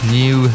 new